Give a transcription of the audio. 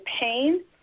pain